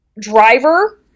driver